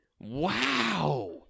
Wow